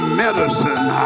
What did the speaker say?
medicine